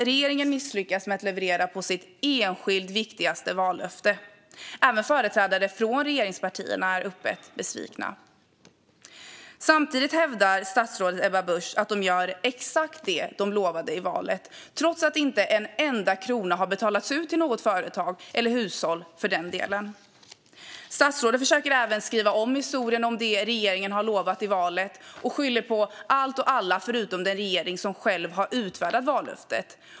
Regeringen misslyckas med att leverera på sitt enskilt viktigaste vallöfte. Även företrädare för regeringspartierna är öppet besvikna. Samtidigt hävdar statsrådet Ebba Busch att de gör exakt det de lovade i valet, trots att inte en enda krona har betalats ut till något företag eller hushåll. Statsrådet försöker även skriva om historien när det gäller vad regeringen har lovat i valet och skyller på allt och alla förutom den regering som själv har utfärdat vallöftet.